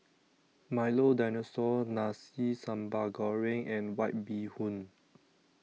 Milo Dinosaur Nasi Sambal Goreng and White Bee Hoon